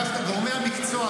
גורמי המקצוע,